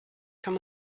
kann